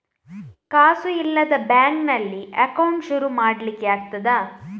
ಕಾಸು ಇಲ್ಲದ ಬ್ಯಾಂಕ್ ನಲ್ಲಿ ಅಕೌಂಟ್ ಶುರು ಮಾಡ್ಲಿಕ್ಕೆ ಆಗ್ತದಾ?